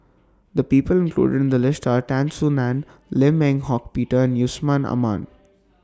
The People included in The list Are Tan Soo NAN Lim Eng Hock Peter and Yusman Aman